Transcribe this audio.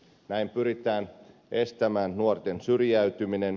näin pyritään estämään nuorten syrjäytyminen